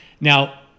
Now